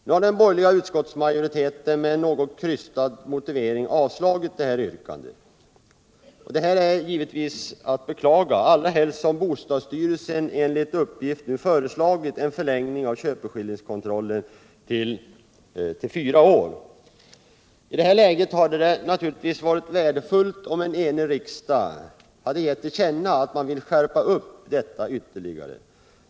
Nu har den borgerliga utskottsmajoriteten med en något krystad motivering avstyrkt vårt yrkande. Detta är givetvis att beklaga, allra helst som I detta läge hade det naturligtvis varit värdefullt om en enig riksdag hade gett till känna att man vill skärpa upp detta ytterligare.